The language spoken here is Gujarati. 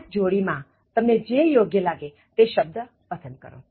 આ જ જોડી માં તમને જે યોગ્ય લાગે તે શબ્દ પસંદ કરો